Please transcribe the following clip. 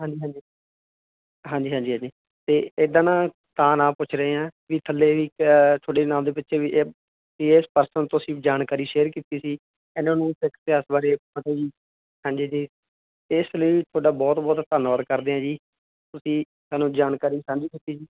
ਹਾਂਜੀ ਹਾਂਜੀ ਹਾਂਜੀ ਹਾਂਜੀ ਹਾਂਜੀ ਤੇ ਇਦਾਂ ਨਾ ਤਾਂ ਨਾਮ ਪੁੱਛ ਰਹੇ ਹਾਂ ਵੀ ਥੱਲੇ ਵੀ ਤੁਹਾਡੇ ਨਾਮ ਦੇ ਪਿੱਛੇ ਵੀ ਇਹ ਵੀ ਇਸ ਪਰਸਨ ਤੋਂ ਅਸੀਂ ਜਾਣਕਾਰੀ ਸ਼ੇਅਰ ਕੀਤੀ ਸੀ ਇਹਨਾਂ ਨੂੰ ਸਿੱਖ ਇਤਿਹਾਸ ਬਾਰੇ ਪਤਾ ਜੀ ਹਾਂਜੀ ਜੀ ਇਸ ਲਈ ਤੁਹਾਡਾ ਬਹੁਤ ਬਹੁਤ ਧੰਨਵਾਦ ਕਰਦੇ ਹਾਂ ਜੀ ਤੁਸੀਂ ਸਾਨੂੰ ਜਾਣਕਾਰੀ ਸਾਂਝੀ ਕੀਤੀ ਜੀ